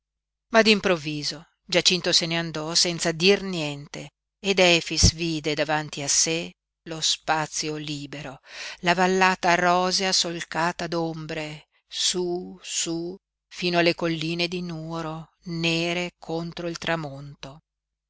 ma d'improvviso giacinto se ne andò senza dir niente ed efix vide davanti a sé lo spazio libero la vallata rosea solcata d'ombre su su fino alle colline di nuoro nere contro il tramonto